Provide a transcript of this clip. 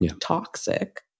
toxic